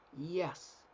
Yes